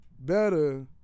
better